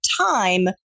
time